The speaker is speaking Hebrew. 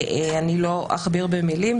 אני לא אכביר במילים.